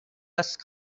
ask